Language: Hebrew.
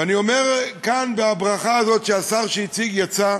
ואני אומר כאן, בברכה הזאת, והשר שהציג יצא,